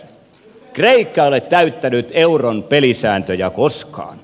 kreikka ei ole täyttänyt euron pelisääntöjä koskaan